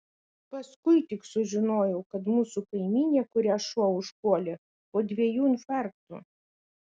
paskui tik sužinojau kad mūsų kaimynė kurią šuo užpuolė po dviejų infarktų